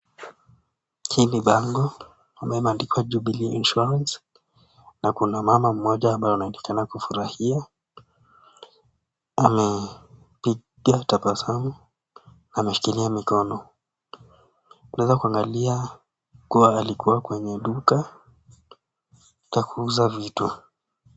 Hii ni bango ambayo imeandikwa Jubilee Insuranace, na kuna mama mmoja ambaye anaonekana kufurahia, amepitia tabasamu, ameshikilia mikono. Tunaweza kuangalia kuwa alikuwa kwenye duka, la kuuza vitu.